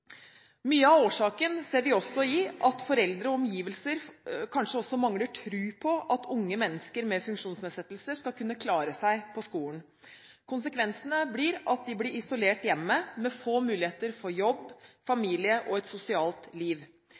Mye av årsaken ligger også i at foreldre og omgivelser kanskje mangler tro på at unge mennesker med funksjonsnedsettelser skal kunne klare seg på skolen. Konsekvensene er at de blir isolert hjemme, med få muligheter for jobb, familie og et sosialt liv.